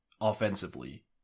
offensively